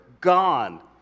gone